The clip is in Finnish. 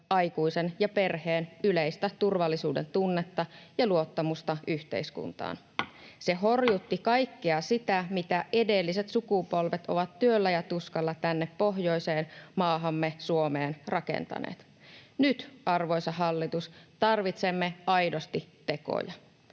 aikuisen ja perheen yleistä turvallisuudentunnetta ja luottamusta yhteiskuntaan. Se horjutti kaikkea sitä, mitä edelliset sukupolvet ovat työllä ja tuskalla tänne pohjoiseen maahamme, Suomeen, rakentaneet. Nyt, arvoisa hallitus, tarvitsemme aidosti tekoja,